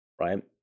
right